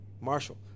Marshall